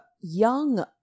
young